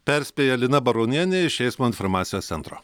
perspėja lina baronienė iš eismo informacijos centro